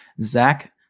Zach